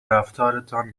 رفتارتان